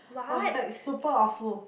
oh it's like super awful